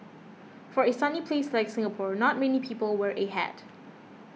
for a sunny place like Singapore not many people wear a hat